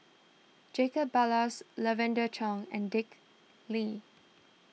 Jacob Ballas Lavender Chang and Dick Lee